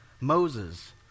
Moses